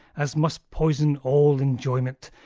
as must poison all enjoyment,